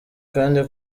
kandi